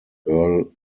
earle